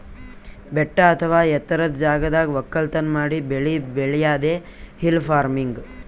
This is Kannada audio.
ಬೆಟ್ಟ ಅಥವಾ ಎತ್ತರದ್ ಜಾಗದಾಗ್ ವಕ್ಕಲತನ್ ಮಾಡಿ ಬೆಳಿ ಬೆಳ್ಯಾದೆ ಹಿಲ್ ಫಾರ್ಮಿನ್ಗ್